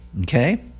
okay